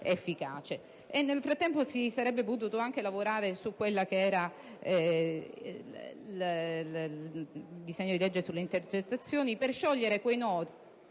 Nel frattempo, si sarebbe potuto lavorare anche sul disegno di legge sulle intercettazioni per sciogliere quei nodi